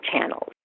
channels